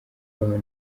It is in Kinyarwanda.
bahawe